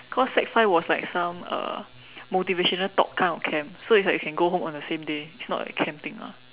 cause sec five was like some uh motivational talk kind of camp so it's like you can go home on the same day it's not like camping ah